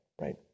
right